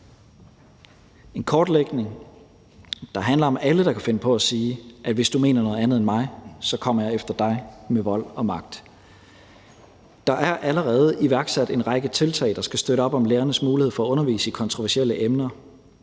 en kortlægning, der handler om alle, der kan finde på at sige: Hvis du mener noget andet end mig, kommer jeg efter dig med vold og magt. Kl. 14:17 Der er allerede iværksat en række tiltag, der skal støtte op om lærernes mulighed for at undervise i kontroversielle emner,